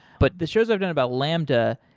but the shows i've done about lambda,